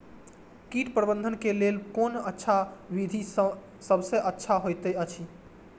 कीट प्रबंधन के लेल कोन अच्छा विधि सबसँ अच्छा होयत अछि?